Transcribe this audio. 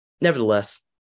Nevertheless